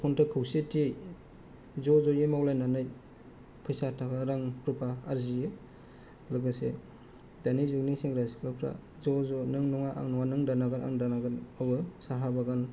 जखनथ' खौसेथि ज' ज'यै मावलायनानै फैसा थाखा रां रुफा आरजियो लोगोसे दानि जुगनि सेंग्रा सिख्लाफ्रा ज' ज' नों नङा आं नङा नों दानागार आं दानागार आवबो साहा बागान